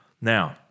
Now